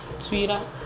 Twitter